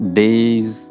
days